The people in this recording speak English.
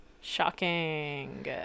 Shocking